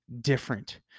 different